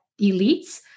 elites